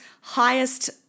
highest